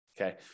Okay